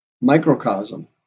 microcosm